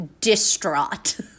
distraught